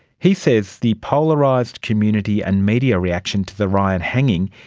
he says the polarised community and media reaction to the ryan hanging,